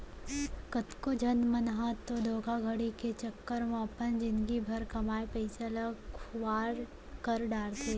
कतको झन मन ह तो धोखाघड़ी के चक्कर म अपन जिनगी भर कमाए पइसा ल खुवार कर डारथे